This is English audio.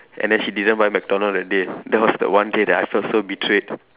and then she didn't buy McDonald that day that was the one day that I felt so betrayed